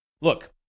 Look